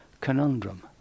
conundrum